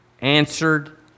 Answered